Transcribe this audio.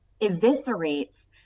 eviscerates